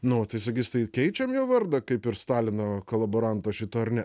nu tai sakys tai keičiam jo vardą kaip ir stalino kolaboranto šito ar ne